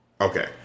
Okay